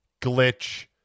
glitch